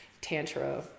Tantra